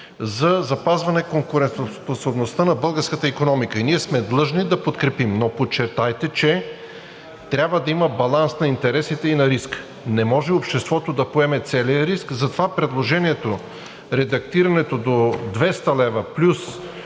за запазване на конкурентоспособността на българската икономика, и ние сме длъжни да я подкрепим. Но подчертайте, че трябва да има баланс на интересите и на риска – не може обществото да поеме целия риск. Затова предложението, редактирането до 200 лв. плюс